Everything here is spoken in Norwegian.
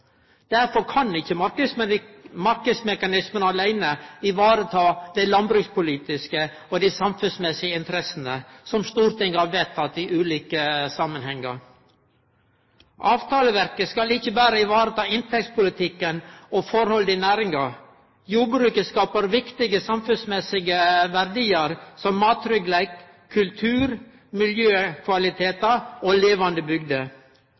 Derfor kan ikkje marknadsmekanismen aleine ta vare på dei landbrukspolitiske og dei samfunnsmessige interessene som Stortinget har vedteke i ulike samanhengar. Avtaleverket skal ikkje berre ta vare på inntektspolitikken og forholdet i næringa. Jordbruket skapar viktige samfunnsmessige verdiar som mattryggleik, kultur, miljøkvalitetar og levande bygder.